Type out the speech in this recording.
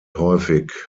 häufig